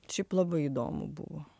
šiaip labai įdomu buvo